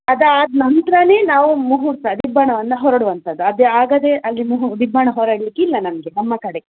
ಅದು ಆದ ನಂತ್ರನೇ ನಾವು ಮುಹೂರ್ತ ದಿಬ್ಬಣವನ್ನು ಹೊರಡುವಂಥದ್ದು ಅದು ಆಗದೇ ಅಲ್ಲಿ ಮುಹೂ ದಿಬ್ಬಣ ಹೊರಡಲಿಕ್ಕಿಲ್ಲ ನಮಗೆ ನಮ್ಮ ಕಡೆ